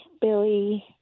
Billy